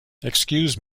excuse